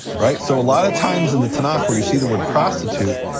right? so a lot of times in the tanakh where you see the word prostitute,